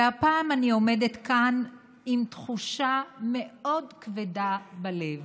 והפעם אני עומדת כאן עם תחושה מאוד כבדה בלב.